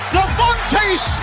Devontae